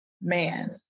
man